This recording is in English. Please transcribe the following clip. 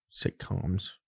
Sitcoms